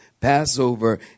Passover